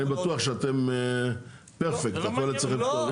אני בטוח שאתם פרפקט, הכל אצלכם טוב.